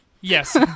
yes